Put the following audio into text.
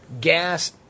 Gas